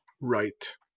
Right